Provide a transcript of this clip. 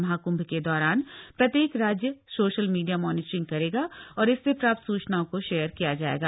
महाकुम्भ के दौरान प्रत्येक राज्य साशल मीडिया मॉनिटरिंग करेगा और इससे प्राप्त सूचनाओं का शेयर किया जाएगा